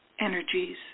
energies